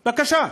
בבקשה.